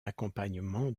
accompagnement